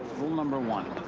rule number one,